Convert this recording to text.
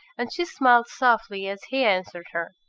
and she smiled softly as he answered her.